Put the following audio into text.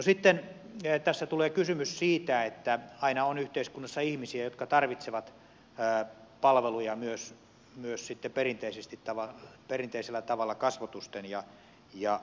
no sitten tässä tulee kysymys siitä että aina on yhteiskunnassa ihmisiä jotka tarvitsevat palveluja myös perinteisellä tavalla kasvotusten